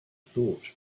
thought